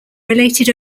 related